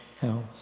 house